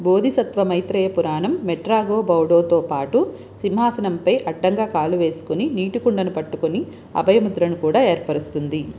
బోధిసత్వ మైత్రేయ పురాణం మెట్రాగో బౌడోతో పాటు సింహాసనంపై అడ్డంగా కాలు వేసుకుని నీటి కుండను పట్టుకుని అభయ ముద్రను కూడా ఏర్పరుస్తుంది